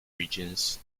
regions